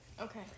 Okay